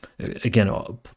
Again